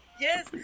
Yes